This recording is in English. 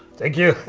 thank you.